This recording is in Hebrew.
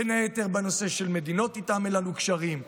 בין היתר בנושא של מדינות שאיתן אין לנו קשרים,